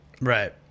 right